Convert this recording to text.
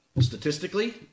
statistically